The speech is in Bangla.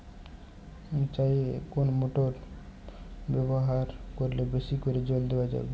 চাষে কোন মোটর ব্যবহার করলে বেশী করে জল দেওয়া যাবে?